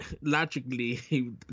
logically